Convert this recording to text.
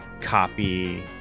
copy